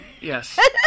Yes